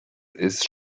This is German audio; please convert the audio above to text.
ist